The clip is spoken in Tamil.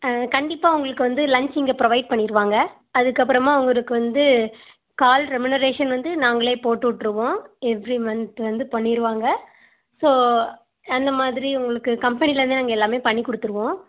ஆ கண்டிப்பாக உங்களுக்கு வந்து லன்ச் இங்கே ப்ரொவைட் பண்ணிருவாங்க அதுக்கப்பறமாக உங்களுக்கு வந்து கால் ரெமினரேஷன் வந்து நாங்களே போட்டுவிட்ருவோம் எவ்ரி மந்த் வந்து பண்ணிருவாங்க ஸோ அந்தமாதிரி உங்களுக்கு கம்பெனிலேந்தே நாங்கள் எல்லாமே பண்ணிக் கொடுத்துருவோம்